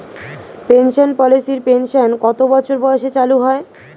Pension পলিসির pension কত বছর বয়সে চালু হয়?